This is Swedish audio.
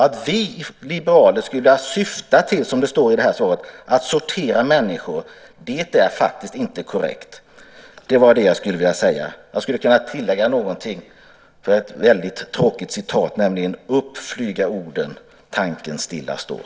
Att vi liberaler skulle, som det sägs i svaret, vilja syfta till att sortera människor är faktiskt inte korrekt. Det här var vad jag ville säga. Jag skulle kunna lägga till ett väldigt tråkigt citat: "Upp flyga orden, tanken stilla står."